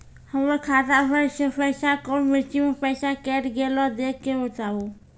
हमर खाता पर से पैसा कौन मिर्ची मे पैसा कैट गेलौ देख के बताबू?